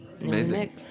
Amazing